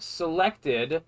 selected